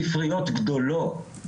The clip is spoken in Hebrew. ספריות גדולות,